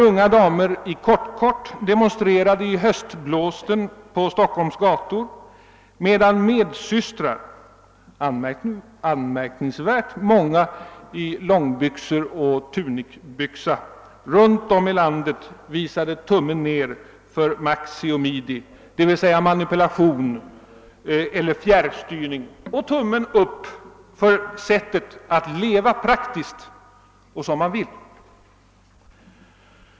Unga damer i kort-kort demonstrerade i höstblåsten på Stockholms gator medan medsystrar — anmärkningsvärt många i långbyxor eller »tunikbyxor» — runt om i landet visade tummen ned för maxi och midi — d.v.s. manipulation och fjärrstyrning — och tummen upp för den nya stilen att leva praktiskt och efter egna önskningar.